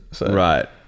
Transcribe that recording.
Right